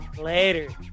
Later